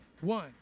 One